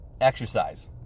exercise